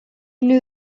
knew